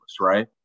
right